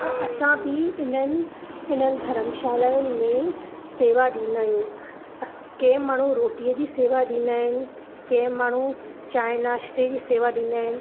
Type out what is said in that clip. असां बि इनन इनन धर्मशालाउनि में शेवा ॾींदा आहियूं अस कंहिं माण्हू रोटी जी शेवा ॾींदा आहिनि कंहिं माणू चाहिं नाश्ते जी शेवा